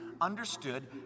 understood